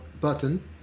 button